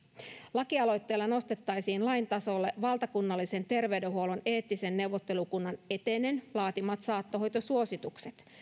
lakialoitteella nostettaisiin lain tasolle valtakunnallisen terveydenhuollon eettisen neuvottelukunnan etenen laatimat saattohoitosuositukset